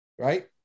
Right